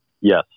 Yes